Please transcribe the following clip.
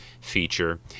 feature